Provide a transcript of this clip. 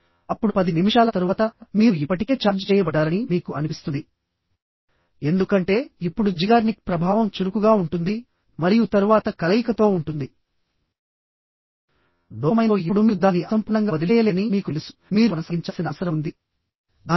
అప్పుడు 10 నిమిషాల తరువాత మీరు ఇప్పటికే ఛార్జ్ చేయబడ్డారని మీకు అనిపిస్తుంది ఎందుకంటే ఇప్పుడు జిగార్నిక్ ప్రభావం చురుకుగా ఉంటుంది మరియు తరువాత కలయికతో ఉంటుంది డోపమైన్తో ఇప్పుడు మీరు దానిని అసంపూర్ణంగా వదిలివేయలేరని మీకు తెలుసు మీరు కొనసాగించాల్సిన అవసరం ఉంది దానితో